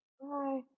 Bye